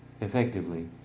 effectively